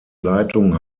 leitung